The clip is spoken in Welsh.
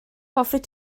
hoffet